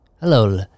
Hello